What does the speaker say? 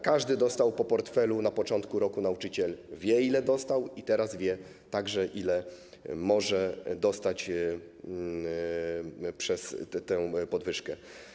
Każdy dostał po portfelu na początku roku, nauczyciel wie, ile dostał, i teraz wie także, ile może dostać dzięki podwyżce.